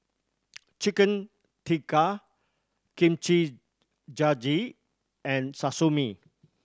Chicken Tikka Kimchi Jjigae and Sashimi